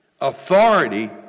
Authority